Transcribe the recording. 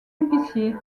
épicier